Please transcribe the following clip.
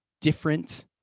different